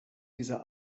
dieser